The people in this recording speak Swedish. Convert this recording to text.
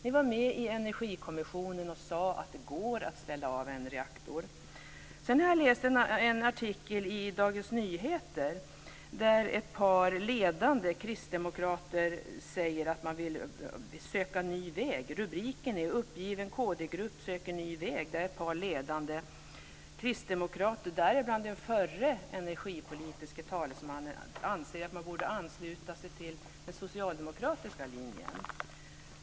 Ni var med i Energikommissionen där ni sade att det går att ställa av en reaktor. Jag har läst en artikel i Dagens Nyheter, där ett par ledande kristdemokrater säger att de vill söka ny väg. Rubriken är Uppgiven kd-grupp söker ny väg. Det är ett par ledande kristdemokrater, däribland den förre energipolitiske talesmannen, som anser att man borde ansluta sig till den socialdemokratiska linjen.